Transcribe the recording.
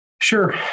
Sure